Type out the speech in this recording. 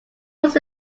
was